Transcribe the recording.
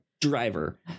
driver